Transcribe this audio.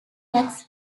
tax